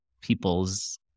people's